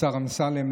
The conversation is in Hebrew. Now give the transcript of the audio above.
השר אמסלם,